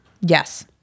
Yes